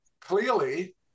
clearly